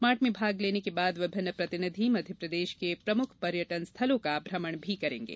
mart में भाग लेने के बाद विभिन्न प्रतिनिधि मध्यप्रदेश के प्रमुख पर्यटन स्थलों का भ्रमण भी करेंगे